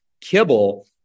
kibble